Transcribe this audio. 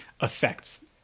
affects